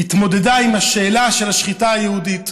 התמודדה עם השאלה של השחיטה היהודית: